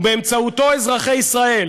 ובאמצעותו, אזרחי ישראל,